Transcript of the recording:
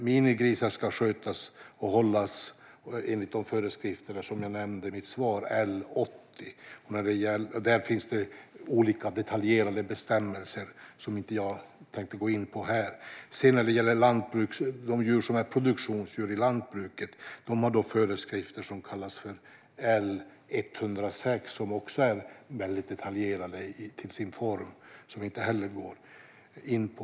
Minigrisar ska skötas och hållas enligt de föreskrifter som jag nämnde i mitt svar, L 80. Där finns det olika detaljerade bestämmelser som jag inte tänker gå in på här. Produktionsdjur i lantbruket har föreskrifter som kallas för L 106, som också är väldigt detaljerade till sin form och som jag inte heller går in på.